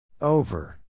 Over